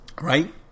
Right